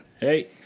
Hey